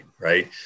right